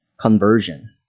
conversion